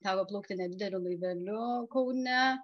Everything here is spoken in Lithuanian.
teko plaukti nedideliu laiveliu kaune